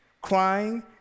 crying